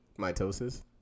Mitosis